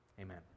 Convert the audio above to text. amen